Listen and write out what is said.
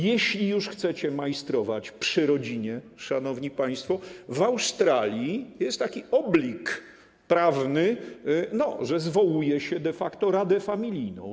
Jeśli już chcecie majstrować przy rodzinie, szanowni państwo, to w Australii jest taki oblig prawny, że zwołuje się de facto radę familijną.